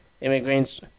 immigrants